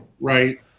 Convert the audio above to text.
Right